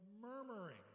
murmuring